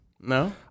No